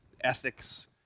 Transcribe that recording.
ethics